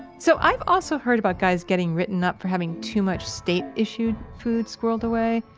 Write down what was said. so i've also heard about guys getting written up for having too much state-issued food squirreled away.